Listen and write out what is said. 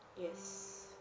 yes